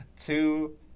two